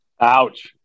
Ouch